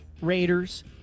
Raiders